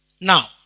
Now